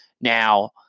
Now